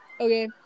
Okay